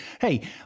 hey